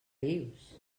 dius